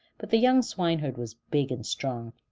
but the young swineherd was big and strong,